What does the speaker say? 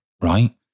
right